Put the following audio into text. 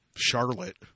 Charlotte